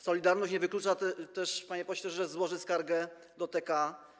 Solidarność” nie wyklucza też, panie pośle, że złoży skargę do TK.